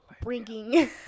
bringing